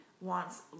wants